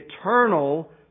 eternal